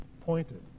pointed